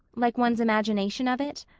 like one's imagination of it?